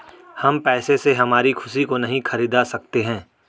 हम पैसे से हमारी खुशी को नहीं खरीदा सकते है